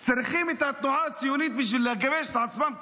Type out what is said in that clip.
רק הפלסטינים צריכים את התנועה הציונית בשביל לגרש את עצמם כעם?